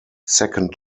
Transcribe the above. second